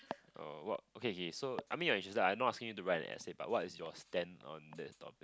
oh what okay K K so I mean you're interested I not asking your to write an essay but what is your stand on that topic